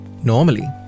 Normally